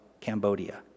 Cambodia